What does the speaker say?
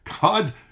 God